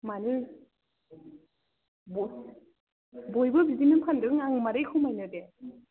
मानो बयबो बिदिनो फानदों आं माबोरै खमायनो दे